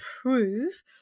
prove